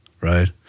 right